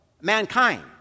Mankind